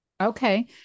Okay